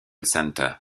center